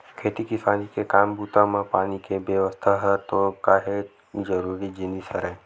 खेती किसानी के काम बूता म पानी के बेवस्था ह तो काहेक जरुरी जिनिस हरय